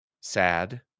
sad